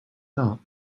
not